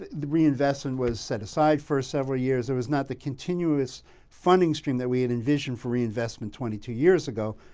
the reinvestment was set aside for several years. it was not the continuous funding stream that we had envisioned for reinvestment reinvestment twenty two years ago.